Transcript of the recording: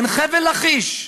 בין חבל-לכיש,